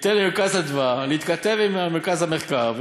ניתן ל"מרכז אדוה" להתכתב עם מרכז המחקר,